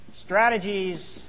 Strategies